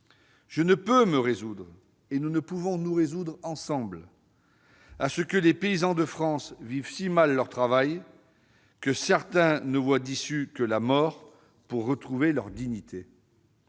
je ne puis me résoudre, et nous ne pouvons nous résoudre ensemble à ce que des paysans de France vivent si mal leur travail que certains ne voient d'issue que la mort pour retrouver leur dignité.